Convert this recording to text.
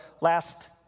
last